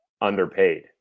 underpaid